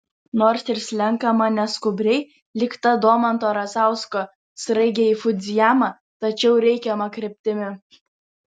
nors ir slenkama neskubriai lyg ta domanto razausko sraigė į fudzijamą tačiau reikiama kryptimi